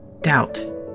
Doubt